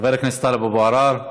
חבר הכנסת טלב אבו עראר,